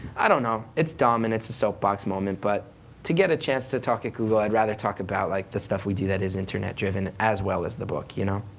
i don't know, it's dumb, and it's a soapbox moment, but to get a chance to talk at google, i'd rather talk about like the stuff we do that is internet driven, as well as the book, ya you know?